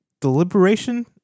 deliberation